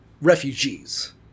refugees